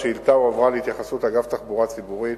השאילתא הועברה להתייחסות אגף תחבורה ציבורית